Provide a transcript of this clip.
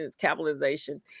capitalization